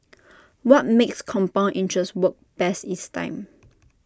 what makes compound interest work best is time